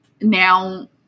Now